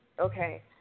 okay